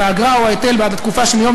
את האגרה או ההיטל בעד התקופה שמיום